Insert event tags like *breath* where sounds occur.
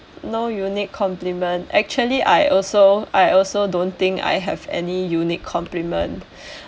no unique compliment actually I also I also don't think I have any unique compliment *breath*